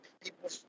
people